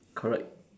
correct